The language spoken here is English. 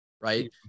right